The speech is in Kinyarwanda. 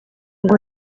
ngo